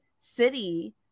city